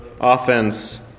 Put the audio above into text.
offense